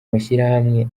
mashirahamwe